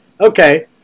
Okay